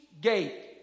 gate